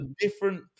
different